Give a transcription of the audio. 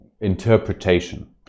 interpretation